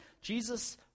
Jesus